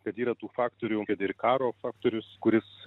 kad yra tų faktorių kad ir karo faktorius kuris